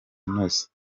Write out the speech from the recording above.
inoze